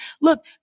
Look